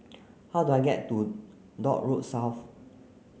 how do I get to Dock Road South